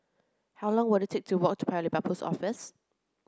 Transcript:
how long will it take to walk to Paya Lebar Post Office